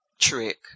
trick